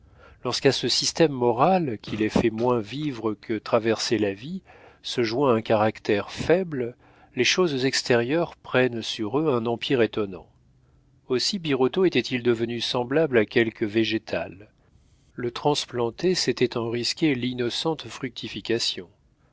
lorsqu'à ce système moral qui les fait moins vivre que traverser la vie se joint un caractère faible les choses extérieures prennent sur eux un empire étonnant aussi birotteau était-il devenu semblable à quelque végétal le transplanter c'était en risquer l'innocente fructification